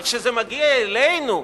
אבל כשזה מגיע אלינו,